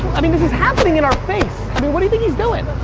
i mean this is happening in our face. i mean what do you think he's doing?